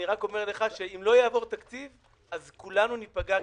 אני רק אומר לך שאם לא יעבור תקציב אז כולנו ניפגע כאזרחים,